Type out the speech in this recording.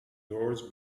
doors